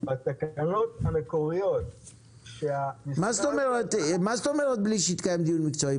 בתקנות המקוריות --- מה זאת אומרת "מבלי שהתקיים דיון מקצועי"?